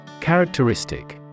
Characteristic